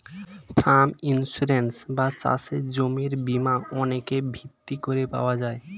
farm insurance বা চাষের জমির বীমা জমিকে ভিত্তি করে পাওয়া যায়